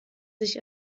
sich